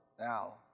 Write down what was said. Now